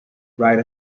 right